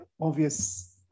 obvious